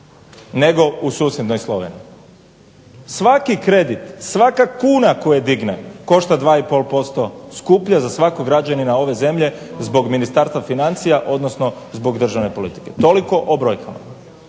nego u susjednoj Sloveniji. Svaki kredit, svaka kuna koju digne košta 2,5% skuplje za svakog građanina ove zemlje zbog Ministarstva financija odnosno zbog državne politike. Toliko o brojkama.